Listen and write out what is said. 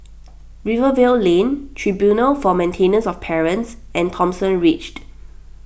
Rivervale Lane Tribunal for Maintenance of Parents and Thomson Ridge